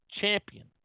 champion